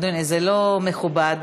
זה לא מכובד.